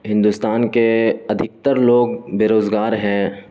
ہندوستان کے ادھکتر لوگ بے روزگار ہیں